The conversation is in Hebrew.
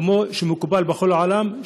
כמו שמקובל בכל העולם,